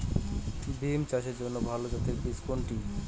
বিম চাষের জন্য ভালো জাতের বীজ কোনটি?